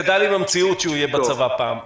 הבן שלי גדל עם המציאות שהוא יהיה בצבא פעם.